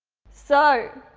so,